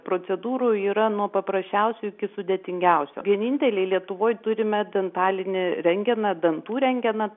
procedūrų yra nuo paprasčiausių iki sudėtingiausių vieninteliai lietuvoj turime dentalinį rentgeną dantų rentgeną